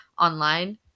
online